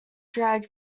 drag